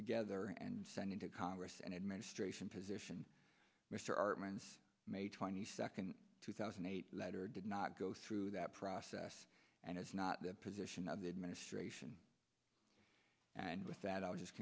together and sending to congress and administration position mr our friends may twenty second two thousand and eight the letter did not go through that process and it's not the position of the administration and with that i'll just